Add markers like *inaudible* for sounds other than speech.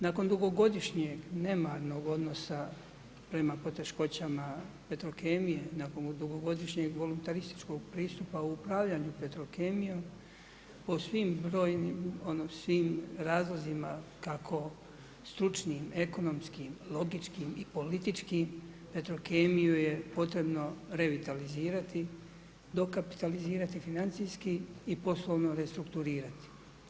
Nakon dugogodišnjeg nemarnog odnosa prema poteškoćama Petrokemije, nakon dugogodišnje voluntarističkog pristupa u upravljanju Petrokemijom, po svim brojnim … *unintelligible* razlozima kako stručnim, ekonomskim, logičnim i političkim, Petrokemiju je potrebno revitalizirati, dokapitalizirati financijski i poslovno restrukturirati.